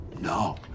No